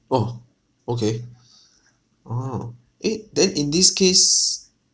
oh okay oh eh then in this case